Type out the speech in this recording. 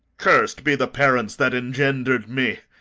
curs'd be the parents that engender'd me!